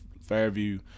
Fairview